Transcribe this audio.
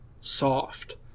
Soft